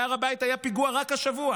בהר הבית היה פיגוע רק השבוע.